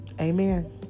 Amen